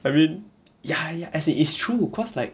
I mean ya ya as it is true cause like